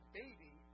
baby